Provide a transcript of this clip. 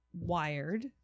wired